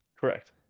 Correct